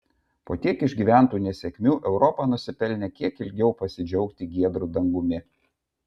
po tiek išgyventų nesėkmių europa nusipelnė kiek ilgiau pasidžiaugti giedru dangumi